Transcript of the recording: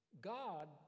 God